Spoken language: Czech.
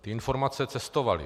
Informace cestovaly.